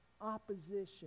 opposition